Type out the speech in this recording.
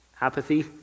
apathy